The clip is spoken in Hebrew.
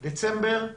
בדצמבר,